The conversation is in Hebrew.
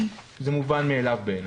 זה מובן מאליו בעיני.